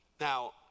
Now